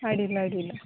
ಅಡ್ಡಿಲ್ಲ ಅಡ್ಡಿಲ್ಲ